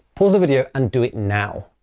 pause the video and do it now!